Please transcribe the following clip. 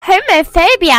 homophobia